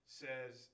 says